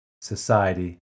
society